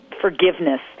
forgiveness